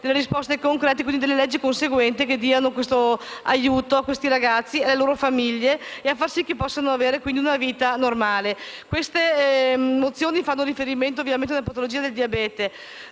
risposte concrete e leggi conseguenti che diano aiuti a questi ragazzi e alle loro famiglie per far sì che possano avere una vita normale. Queste mozioni fanno riferimento alla patologia del diabete.